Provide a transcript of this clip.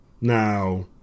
now